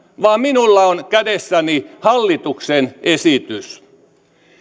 vaan minulla on kädessäni hallituksen esitys